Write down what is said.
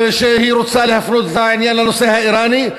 והיא רוצה להפנות את העניין לנושא האיראני,